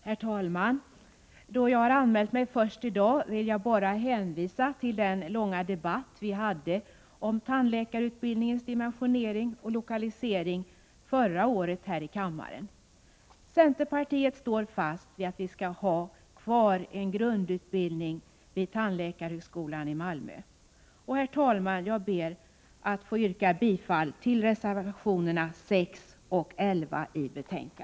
Herr talman! Då jag anmält mig på talarlistan först i dag vill jag bara hänvisa till den långa debatt vi hade om tandläkarutbildningens dimensionering och lokalisering här i kammaren förra året. Centerpartiet står fast vid att vi skall ha kvar en grundutbildning vid tandläkarhögskolan i Malmö. Herr talman! Jag ber att få yrka bifall till reservationerna 6 och 11.